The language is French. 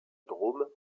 drôme